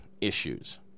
issues